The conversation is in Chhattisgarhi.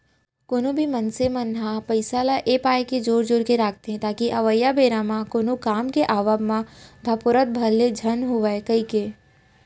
कोनो भी मनसे मन ह पइसा ल ए पाय के जोर जोर के रखथे ताकि अवइया बेरा म कोनो काम के आवब म धपोरत भर ले झन होवन कहिके